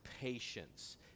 patience